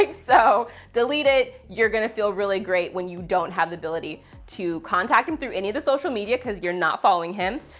like so delete it. you're going to feel really great when you don't have the ability to contact them through any of the social media, because you're not following him,